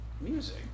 music